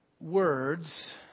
words